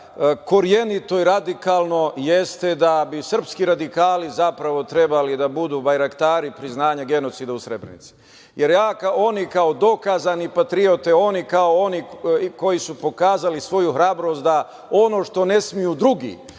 korenito i radikalno jeste da bi srpski radikali zapravo trebali da budu barjaktari priznanja genocida u Srebrenici. Jer, oni kao dokazane patriote, oni kao oni koji su pokazali svoju hrabrost da ono što ne smeju drugi